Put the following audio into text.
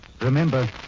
Remember